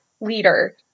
leader